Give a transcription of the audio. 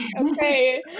okay